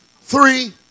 three